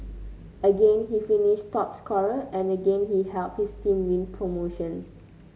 again he finished top scorer and again he helped his team win promotion